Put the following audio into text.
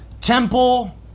temple